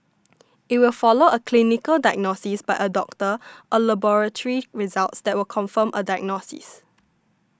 it will follow a clinical diagnosis by a doctor or laboratory results that confirm a diagnosis